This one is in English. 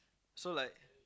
so like